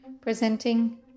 presenting